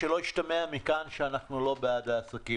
שלא ישתמע מכאן שאנחנו לא בעד העסקים.